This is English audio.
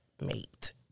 mate